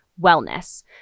wellness